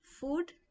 food